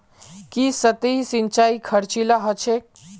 की सतही सिंचाई खर्चीला ह छेक